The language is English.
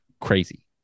crazy